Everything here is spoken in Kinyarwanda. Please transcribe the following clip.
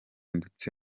ndetse